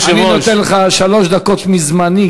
אני נותן לך שלוש דקות מזמני,